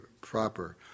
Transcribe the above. proper